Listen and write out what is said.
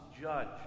judge